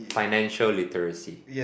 financial literacy